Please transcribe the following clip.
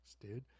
dude